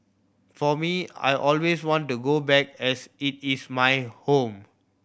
for me I always want to go back as it is my home